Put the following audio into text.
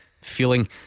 feeling